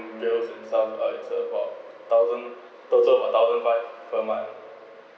interest and stuff part it's about thousand also per thousand five per month